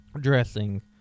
dressing